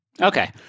Okay